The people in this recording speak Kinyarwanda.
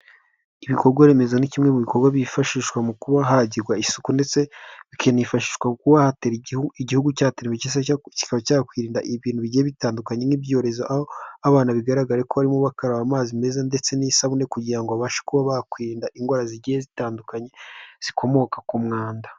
Ibikorwaremezo ni kimwe mu bikorwa byifashishwa mu kuba hagirwa isuku ndetse bikanifashishwa mu kuba igihugu cyatera cyangwase kikaba cyakwirinda ibintu bigiye bitandukanye nk'ibyorezo aho abana bigaraga ko barimo bakaraba amazi meza ndetse n'isabune kugira ngo bakwirinda indwara zigiye zitandukanye zikomoka ku mwanda.